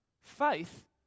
Faith